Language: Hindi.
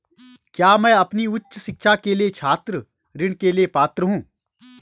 क्या मैं अपनी उच्च शिक्षा के लिए छात्र ऋण के लिए पात्र हूँ?